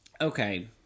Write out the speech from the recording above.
Okay